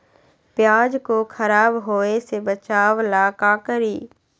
प्याज को खराब होय से बचाव ला का करी?